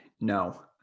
No